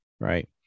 Right